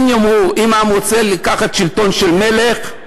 אם העם רוצה לקחת שלטון של מלך,